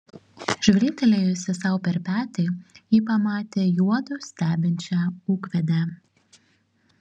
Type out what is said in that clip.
žvilgtelėjusi sau per petį ji pamatė juodu stebinčią ūkvedę